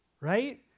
right